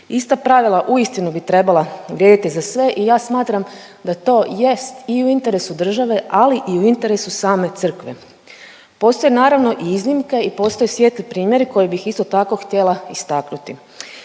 Ista pravila uistinu bi trebala vrijediti za sve i ja smatram da to jest i u interesu države, ali i u interesu same crkve. Postoje naravno i iznimke i postoje svijetli primjeri koje bih isto tako htjela istaknuti.